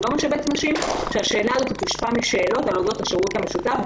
לא משבץ נשים שהשאלה הזאת תושפע משאלות הנוגעות לשירות המשותף,